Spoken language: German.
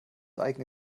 eigene